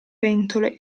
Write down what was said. pentole